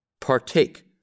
partake